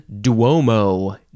Duomo